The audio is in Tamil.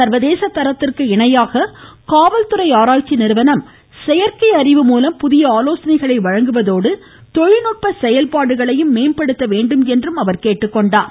சர்வதேச தரத்திற்கு இணையாக காவல்துறை ஆராய்ச்சி நிறுவனம் செயற்கை அறிவுமூலம் புதிய தொழில்நுட்ப செயல்பாடுகளையும் மேம்படுத்த வேண்டும் என்றும் அவர் கேட்டுக்கொண்டார்